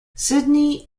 sydney